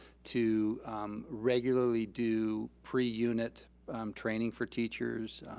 to regularly do pre-unit training for teachers.